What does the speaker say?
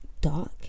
dark